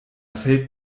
fällt